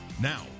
now